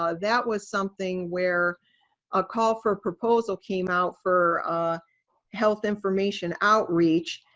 ah that was something where a call for a proposal came out for health information outreach.